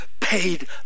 paid